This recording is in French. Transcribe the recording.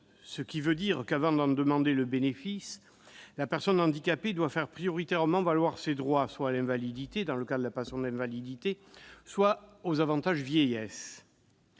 est subsidiaire : avant d'en demander le bénéfice, la personne handicapée doit faire prioritairement valoir ses droits, soit à l'invalidité, dans le cas de la pension d'invalidité, soit aux avantages vieillesse